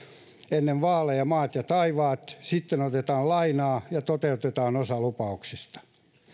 ennen vaaleja maat ja taivaat sitten otetaan lainaa ja toteutetaan osa lupauksista